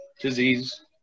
disease